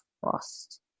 Frost